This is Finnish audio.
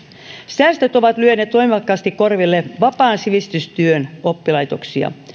säästöt ovat lyöneet voimakkaasti korville vapaan sivistystyön oppilaitoksia